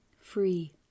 free